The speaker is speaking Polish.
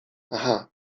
aha